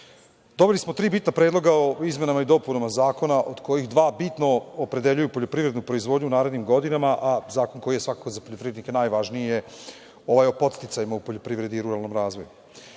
dobili smo tri bitna predloga o izmenama i dopuna Zakona od kojih dva bitno opredeljuju poljoprivrednu proizvodnju u narednim godinama, a zakon koji je za poljoprivrednike najvažnije je ovaj o podsticajima u poljoprivredi i ruralnom razvoju.